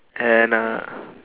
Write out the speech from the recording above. and uh